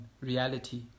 reality